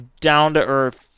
down-to-earth